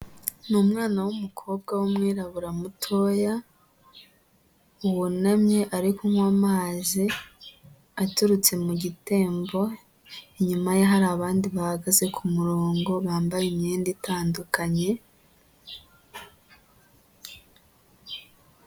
Ni umwana w'umukobwa w'umwirabura mutoya, wunamye ari kunnywa amazi aturutse mu gitembo, inyuma ye hari abandi bahagaze ku murongo bambaye imyenda itandukanye.